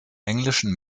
englischen